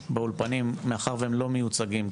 אבל אני גם לא משוכנע שזה 5,000. זה הרבה פחות.